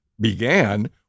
began